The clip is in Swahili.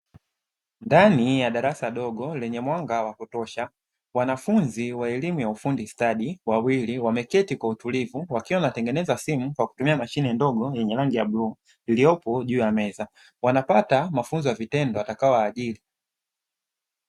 Ndani ya darasa dogo lenye mwanga wa kutosha, wanafunzi wa elimu ya ufundi stadi wawili wameketi kwa utulivu, wakiwa wanatengeneza simu kwa kutumia mashine ndogo yenye rangi ya bluu iliyopo juu ya meza, wanapata mafunzo ya vitendo yatakayowaajiri.